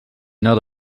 not